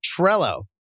Trello